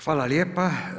Hvala lijepo.